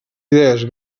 idees